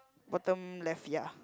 bottom left ya